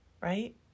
right